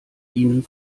ihnen